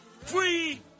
Free